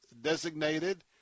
designated